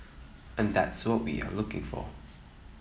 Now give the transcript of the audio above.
and that's what we are looking for